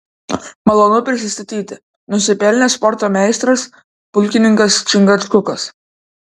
malonu prisistatyti nusipelnęs sporto meistras pulkininkas čingačgukas